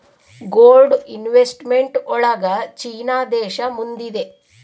gold investment ಒಳಗ China ದೇಶ ಮುಂದಿದೆ